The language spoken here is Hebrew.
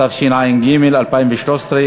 התשע"ג 2013,